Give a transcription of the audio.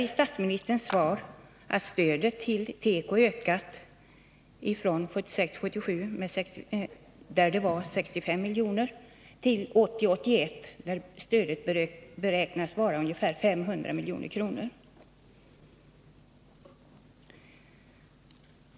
I statsministerns svar noterar jag att stödet till teko har ökat från 65 milj.kr. 1976 81.